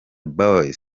boyz